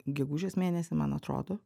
gegužės mėnesį man atrodo